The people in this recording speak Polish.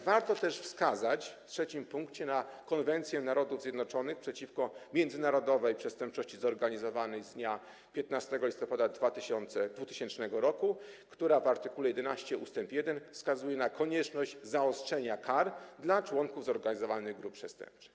Warto też wskazać w punkcie trzecim na Konwencję Narodów Zjednoczonych przeciwko międzynarodowej przestępczości zorganizowanej z dnia 15 listopada 2000 r., która w art. 11 ust. 1 wskazuje na konieczność zaostrzenia kar dla członków zorganizowanych grup przestępczych.